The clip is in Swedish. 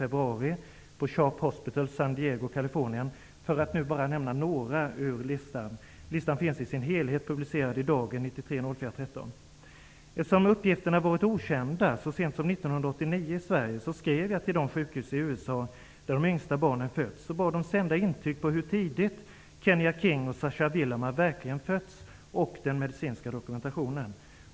Eftersom uppgifterna har varit okända i Sverige så sent som 1989 skrev jag till de sjukhus i USA där de yngsta barnen hade fötts. Jag bad dem sända intyg på hur tidigt Kenya King och Zascha Villamar verkligen hade fötts samt den medicinska dokumentationen.